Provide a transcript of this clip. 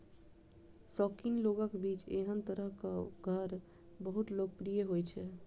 शौकीन लोगक बीच एहन तरहक घर बहुत लोकप्रिय होइ छै